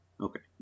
okay